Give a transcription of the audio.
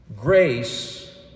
Grace